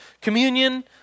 Communion